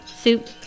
soup